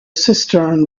cistern